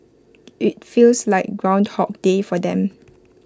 IT feels like groundhog day for them